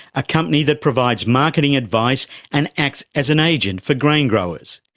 a company that provides marketing advice and acts as an agent for grain growers.